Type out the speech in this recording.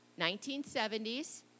1970s